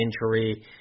injury